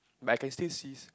but I can still sees